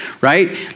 right